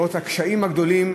לראות את הקשיים הגדולים,